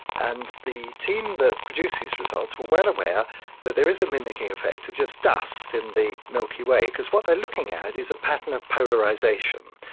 and the team that produced these results were well aware that there is a mimicking effect of just dust in the milky way, because what they are looking at is a pattern of polarisation.